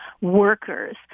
workers